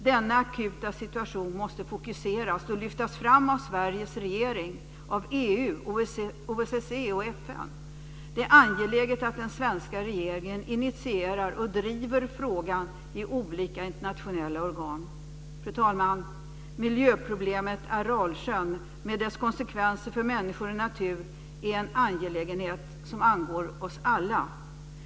Denna akuta situation måste fokuseras och lyftas fram av Sveriges regering, EU, OSSE och FN. Det är angeläget att den svenska regeringen initierar och driver frågan i olika internationella organ. Fru talman! Miljöproblemet Aralsjön med dess konsekvenser för människor och natur är en angelägenhet som angår oss alla.